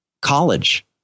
college